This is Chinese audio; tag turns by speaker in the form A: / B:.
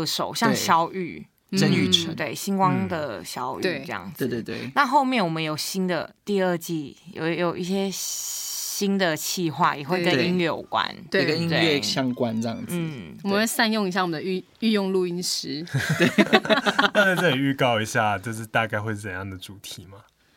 A: 手，像
B: 对，
A: 小雨，
B: 郑宇成。
A: 嗯，对，星光的
B: 嗯。
A: 小雨
C: 对。
A: 这样子，嗯。
B: 对，对，对。
A: 那后面我们有新的- 第二季，有- 有一些新的企划，也会跟
C: 对。
B: 对。
A: 音乐有关，
B: 也
C: 对。
B: 跟音乐
A: 对不对？
B: 相关这样子，
A: 嗯。
B: 对。
C: 我们会善用一下我们的御- 御用录音师。
B: 对。
D: 那在这里预告一下，就是大概会是怎样的主题吗？